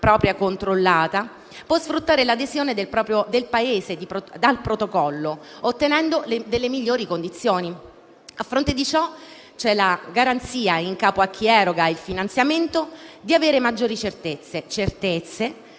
una propria controllata, può sfruttare l'adesione del proprio Paese al Protocollo, ottenendo delle migliori condizioni. A fronte di ciò, c'è la garanzia in capo a chi eroga il finanziamento di avere maggiori certezze,